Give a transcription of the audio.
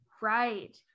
right